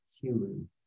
human